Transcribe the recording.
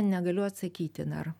negaliu atsakyti dar